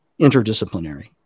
interdisciplinary